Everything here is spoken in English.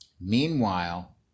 Meanwhile